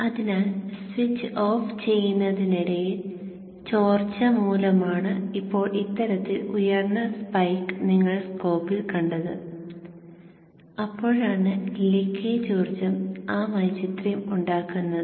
അതിനാൽ switch off ചെയ്യുന്നതിനിടയിൽ ചോർച്ച മൂലമാണ് ഇപ്പോൾ ഇത്തരത്തിൽ ഉയർന്ന സ്പൈക്ക് നിങ്ങൾ സ്കോപ്പിൽ കണ്ടത് അപ്പോഴാണ് ലീക്കേജ് ഊർജ്ജം ആ വൈചിത്ര്യം ഉണ്ടാക്കുന്നത്